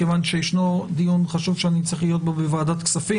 כי יש דיון חשוב שאני צריך להיות בו בוועדת הכספים.